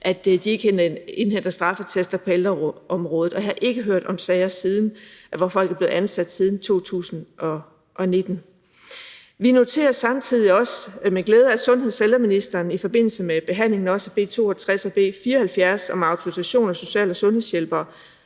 at de ikke indhenter straffeattester på ældreområdet, og jeg har ikke hørt om sager, hvor folk er blevet ansat siden 2019. Vi noterer os samtidig også med glæde, at sundheds- og ældreministeren i forbindelse med behandlingen af også B 62 og B 74 om autorisation af social- og sundhedshjælpere